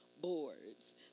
boards